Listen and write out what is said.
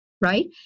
right